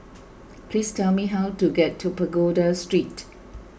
please tell me how to get to Pagoda Street